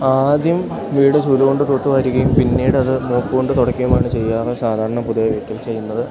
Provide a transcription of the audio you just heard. ആദ്യം വീട് ചൂല് കൊണ്ട് തൂത്തുവാരുകയും പിന്നീട് അത് മോപ് കൊണ്ട് തുടക്കുകയുമാണ് ചെയ്യാൻ സാധാരണ പൊതുവെ വീട്ടിൽ ചെയ്യുന്നത്